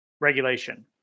regulation